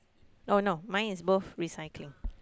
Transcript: oh no mine is both recycling